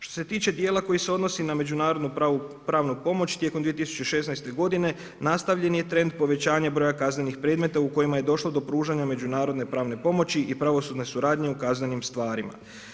Što se tiče dijela koji se odnosi na međunarodnu pravnu pomoć, tijekom 2016. godine nastavljen je trend povećanja broja kaznenih predmeta u kojima je došlo do pružanja međunarodne pravne pomoći i pravosudne suradnje u kaznenim stvarima.